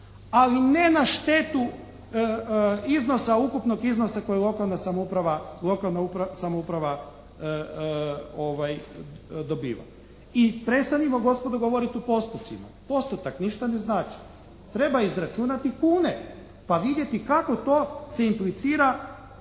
Ali ne na štetu iznosa, ukupnog iznosa kojeg lokalna samouprava dobiva. I prestanimo gospodo govoriti u postocima. Postotak ništa ne znači. Treba izračunati kune pa vidjeti kako to se implicira